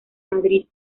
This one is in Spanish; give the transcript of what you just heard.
madrid